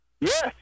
Yes